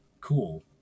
Cool